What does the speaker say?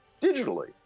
digitally